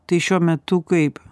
tai šiuo metu kaip